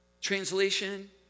Translation